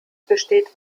besteht